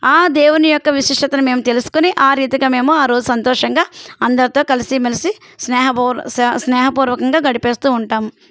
ఆ దేవుని యొక్క విశిష్టతను మేం తెలుసుకొని ఆ రీతిగా మేము ఆ రోజు సంతోషంగా అందరితో కలిసి మెలిసి స్నేహపూర్వకంగా గడిపేస్తూ ఉంటాము